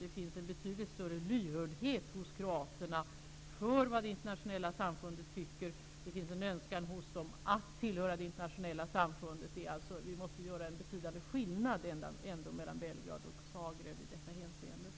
Det finns en betydligt större lyhördhet hos kroaterna för vad det internationella samfundet tycker. Det finns en önskan hos dem att tillhöra det internationella samfundet. Vi måste alltså göra en betydande skillnad mellan Belgrad och Zagreb i detta hänseende.